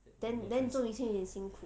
then then 你做明星也辛苦